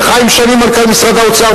וחיים שני מנכ"ל משרד האוצר,